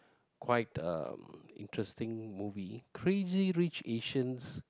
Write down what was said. quite uh interesting movie Crazy Rich Asians